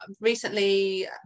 recently